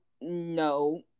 no